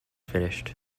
finished